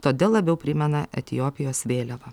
todėl labiau primena etiopijos vėliavą